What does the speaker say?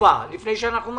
תשובה לפני שאנחנו מצביעים.